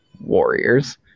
warriors